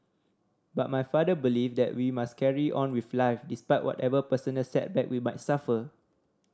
but my father believes that we must carry on with life despite whatever personal setback we might suffer